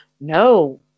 No